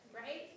right